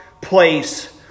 place